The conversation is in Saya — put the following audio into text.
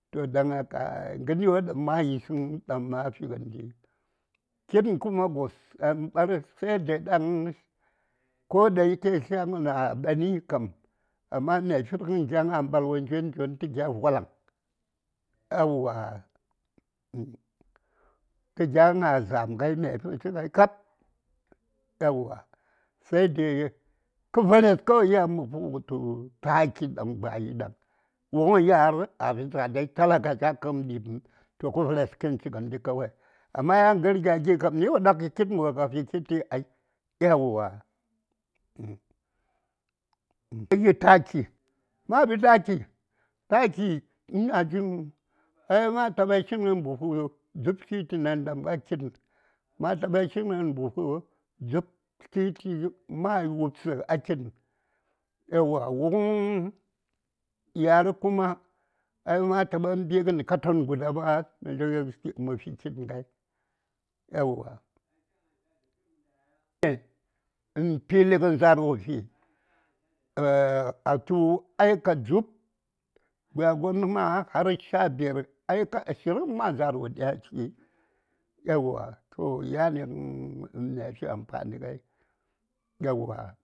﻿Toh don haka ŋəryodaŋ ma yisəŋ daŋ ma fi gəndi kitn kuma gos daŋ ɓar sai dai daŋ ko dayake tlyagəna ɓani kam amma mya firgən gya ŋa mbalwantə njotn njotn tə gya vwalaŋ aeywa tə gya ŋa zam ŋai mya fir shi ŋai kab aeywa saidai kə vares kawe yan mə fugətu taki daŋ ba yi daŋ wuŋ ya:r a fi tsada talaka cha kə:m ɗib həŋ toh kə ra:s kənchi kəndi kawai amma gən gya gyes kam ni wo ɗak kə kitn gos ka fi kitti ai aeywa uhm kəyitaki ma ɗu taki taki ina jin har ai ma taɓa shingən buhu dzub tliti nandam a kitn: ma taɓa shigən dzub tliti mayi: wubsə a kitn aeywa wuŋ ya:r kuma ai ma taɓa mbi gən katon guda ɓat mə səŋ fi kitn ŋai aeywa nə fili gənza:r wo fi a tu aika dzub gya gon ma har sha biyar aika ashirin ma gon wo dya fi yauwa toh yani gən mya fi amfani ŋai yauwa.